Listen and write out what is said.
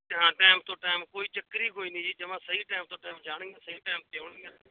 ਹਾਂ ਟਾਈਮ ਤੋਂ ਟਾਈਮ ਕੋਈ ਚੱਕਰ ਹੀ ਕੋਈ ਨਹੀਂ ਜੀ ਜਮਾਂ ਸਹੀ ਟਾਈਮ ਤੋਂ ਟਾਈਮ ਜਾਣਗੀਆਂ ਸਹੀ ਟਾਈਮ 'ਤੇ ਆਉਣਗੀਆਂ